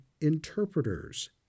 interpreters